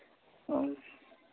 ᱚ